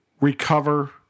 recover